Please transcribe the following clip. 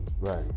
right